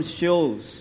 shows